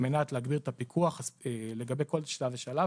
מנת להגביר את הפיקוח לגבי כל שלב ושלב,